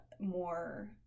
more